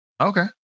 Okay